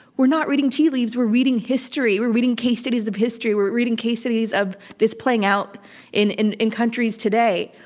we're not reading tea leaves. we're reading history. we're reading case studies of history. we're reading case studies of this playing out in in countries today.